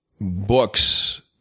books